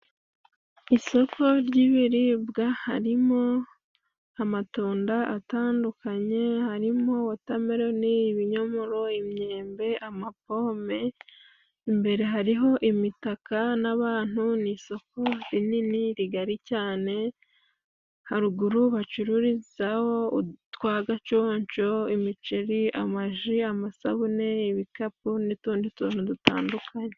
Isoko ry'ibiribwa harimo amatunda atandukanye, harimo watameloni, ibinyomoro, imyembe, amapome, imbere hari imitaka n'abantu n'isoko rinini rigari cyane, haruguru bacururizaho twa gaconco, imiceri, amaji, amasabune, ibikapu, n'utundi tuntu dutandukanye.